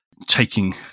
taking